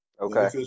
Okay